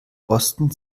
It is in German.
osten